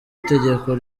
itegeko